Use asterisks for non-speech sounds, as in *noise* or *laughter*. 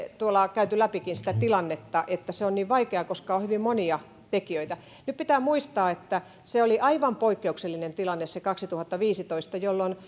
käyneet läpikin sitä tilannetta ja että se on niin vaikea koska on hyvin monia tekijöitä nyt pitää muistaa että oli aivan poikkeuksellinen tilanne se kaksituhattaviisitoista jolloin *unintelligible*